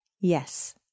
Yes